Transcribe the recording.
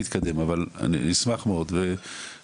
ומשם נוכל להתקדם, תדווח לוועדה,